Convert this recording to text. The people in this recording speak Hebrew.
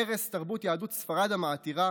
ערש תרבות יהדות ספרד המעטירה,